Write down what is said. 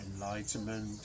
enlightenment